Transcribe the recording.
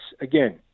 again